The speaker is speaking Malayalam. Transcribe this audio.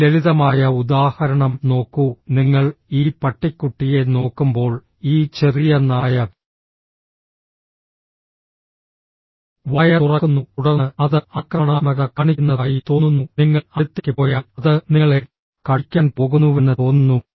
ഈ ലളിതമായ ഉദാഹരണം നോക്കൂ നിങ്ങൾ ഈ പട്ടിക്കുട്ടിയെ നോക്കുമ്പോൾ ഈ ചെറിയ നായ വായ തുറക്കുന്നു തുടർന്ന് അത് ആക്രമണാത്മകത കാണിക്കുന്നതായി തോന്നുന്നു നിങ്ങൾ അടുത്തേക്ക് പോയാൽ അത് നിങ്ങളെ കടിക്കാൻ പോകുന്നുവെന്ന് തോന്നുന്നു